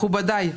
מכובדיי,